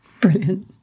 brilliant